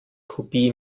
kopie